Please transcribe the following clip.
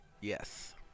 Yes